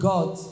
God